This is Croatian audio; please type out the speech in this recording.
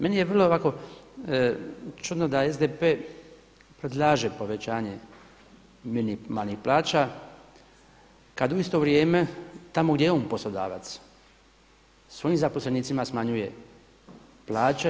Meni je vrlo ovako čudno da SDP predlaže povećanje minimalnih plaća, kada u isto vrijeme tamo gdje je on poslodavac svojim zaposlenicima smanjuje plaće.